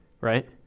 Right